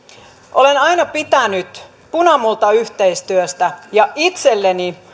olen aina pitänyt punamultayhteistyöstä ja itselleni